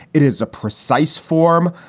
it is a precise form.